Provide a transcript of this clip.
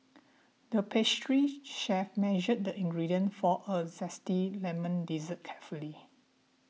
the pastry chef measured the ingredient for a Zesty Lemon Dessert carefully